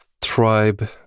tribe